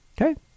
Okay